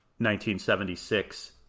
1976